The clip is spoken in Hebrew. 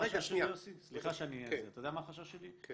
ברגע ש --- אתה יודע מה החשש שלי, יוסי?